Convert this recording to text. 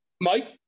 Mike